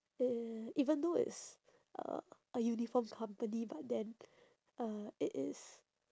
uh even though it's uh a uniform company but then uh it is